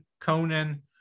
Conan